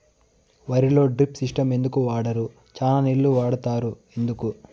వరిలో drip system ఎందుకు వాడరు? చానా నీళ్లు వాడుతారు ఎందుకు?